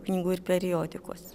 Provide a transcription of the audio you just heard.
knygų ir periodikos